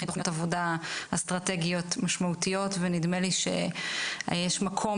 תוכניות עבודה אסטרטגיות משמעותיות ונדמה לי שיש מקום